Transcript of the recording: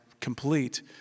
complete